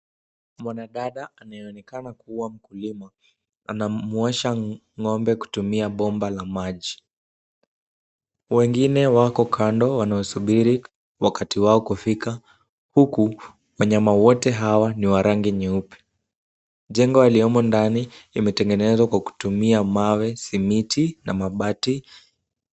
Mwanadada anayeonekana kuwa mkulima anamuosha ng'ombe kutumia bomba la maji. Wengine wapo kando wanasubiri wakati wao kufika huku wanyama wote hawa ni wa rangi nyeupe. Jengo aliomo ndani imetengenezwa kwa kutumia mawe ,simiti na mabati.